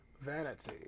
Vanity